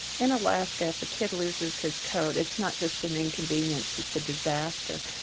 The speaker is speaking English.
in alaska, if a kid loses his coat, it's not just an inconvenience, it's a disaster.